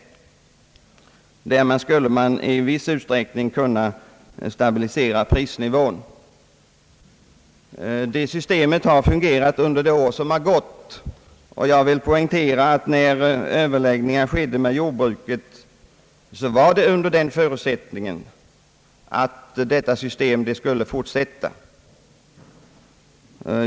Därmed skulle man i viss utsträckning kunna «stabilisera prisnivån och således motverka för stora svängningar. Detta system har fungerat under det gångna året, och jag vill poängtera att då överläggningarna med jordbruket ägde rum förutsattes det att detta system skulle gälla även i fortsättningen.